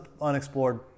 unexplored